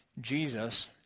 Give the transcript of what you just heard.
Jesus